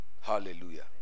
hallelujah